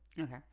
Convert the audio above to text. Okay